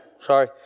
sorry